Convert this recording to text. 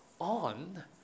on